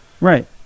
right